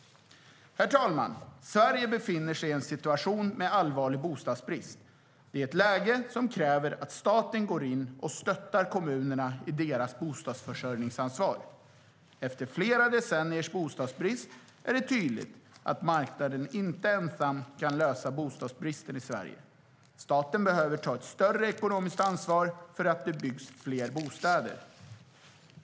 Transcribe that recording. Herr talman! Sverige befinner sig i en situation med allvarlig bostadsbrist. Det är ett läge som kräver att staten går in och stöttar kommunerna i deras bostadsförsörjningsansvar. Efter flera decenniers bostadsbrist är det tydligt att marknaden inte ensam kan lösa bostadsbristen i Sverige. Staten behöver ta ett större ekonomiskt ansvar för att det byggs fler bostäder.